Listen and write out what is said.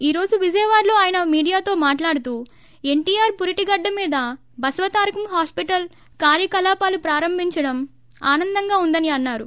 ఈ రోజు విజయవాడలో ఆయన మీడియాతో మాట్లాడుతూ ఎన్షీఆర్ పురిటి గడ్లమొద బసవతారకం హాస్పిటల్ కార్యకలాపాలు ప్రారంభించడం ఆనందంగా ఉందని అన్నారు